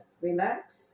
Relax